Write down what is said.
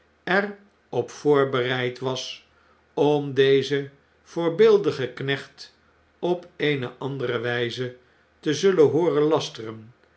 er op voorbereid was om dezen voorbeeldigen knecht op eene andere wjjze te zullen hooren lasteren